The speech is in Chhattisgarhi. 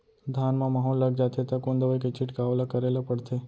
धान म माहो लग जाथे त कोन दवई के छिड़काव ल करे ल पड़थे?